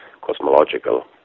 cosmological